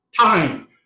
time